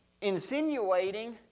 insinuating